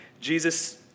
Jesus